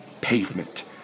pavement